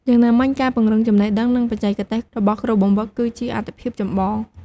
យ៉ាងណាមិញការពង្រឹងចំណេះដឹង និងបច្ចេកទេសរបស់គ្រូបង្វឹកគឺជាអាទិភាពចម្បង។